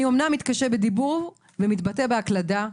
אני אמנם מתקשה בדיבור ומתבטא בהקלדה,